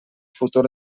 futur